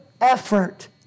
effort